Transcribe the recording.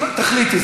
תחליטי,